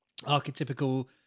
archetypical